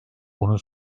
bunun